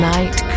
Night